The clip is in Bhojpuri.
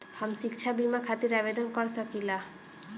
हम शिक्षा बीमा खातिर आवेदन कर सकिला?